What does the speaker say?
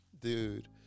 dude